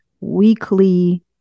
weekly